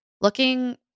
looking